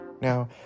Now